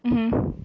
mmhmm